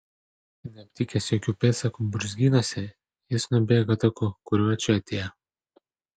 neaptikęs jokių pėdsakų brūzgynuose jis nubėgo taku kuriuo čia atėjo